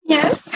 Yes